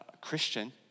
Christian